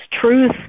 truth